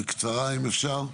אם אפשר בקצרה.